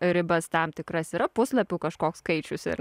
ribas tam tikras yra puslapių kažkoks skaičius ir